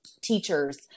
teachers